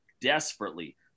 desperately